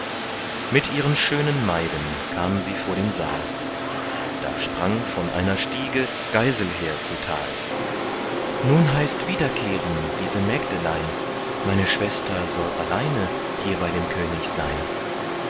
mit ihren schönen maiden kam sie vor den saal da sprang von einer stiege geiselher zu tal nun heißt wiederkehren diese mägdelein meine schwester soll alleine hier bei dem könig sein